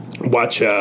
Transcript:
watch